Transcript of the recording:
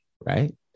right